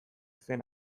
zen